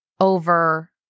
over